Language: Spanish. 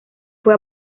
fue